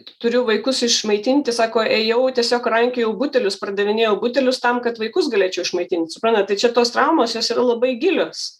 turiu vaikus išmaitinti sako ėjau tiesiog rankiojau butelius pardavinėjau butelius tam kad vaikus galėčiau išmaitint suprantat tai čia tos traumos jos yra labai gilios